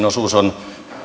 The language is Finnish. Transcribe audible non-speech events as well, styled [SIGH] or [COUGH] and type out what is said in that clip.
[UNINTELLIGIBLE] osuus on